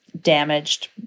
damaged